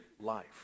life